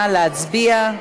נא להצביע.